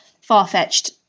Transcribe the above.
far-fetched